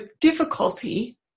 difficulty